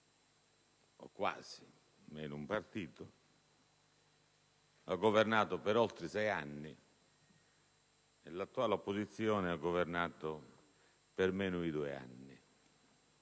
escluso un partito, ha governato per oltre sei anni e l'attuale opposizione ha governato per meno di due anni.